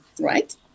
right